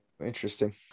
Interesting